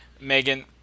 Megan